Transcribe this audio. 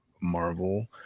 Marvel